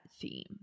theme